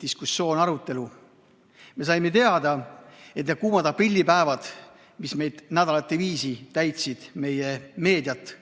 diskussioon, arutelu. Me saime teada, et need kuumad aprillipäevad, mis nädalate viisi täitsid meie meediat,